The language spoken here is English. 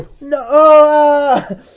No